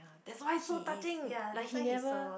that's why so touching like he never